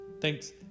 Thanks